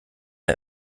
der